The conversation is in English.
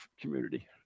community